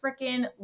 freaking